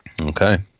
Okay